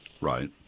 Right